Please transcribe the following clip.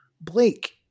Blake